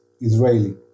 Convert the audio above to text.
Israeli